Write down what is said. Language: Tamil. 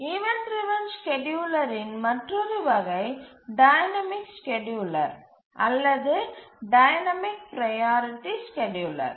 ஈவண்ட் டிரவன் ஸ்கேட்யூலரின் மற்றொரு வகை டைனமிக் ஸ்கேட்யூலர் அல்லது டைனமிக் ப்ரையாரிட்டி ஸ்கேட்யூலர்